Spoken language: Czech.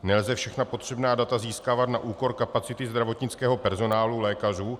Nelze všechna potřebná data získávat na úkor kapacity zdravotnického personálu, lékařů.